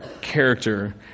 character